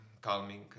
calming